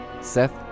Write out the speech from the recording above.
Seth